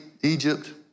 Egypt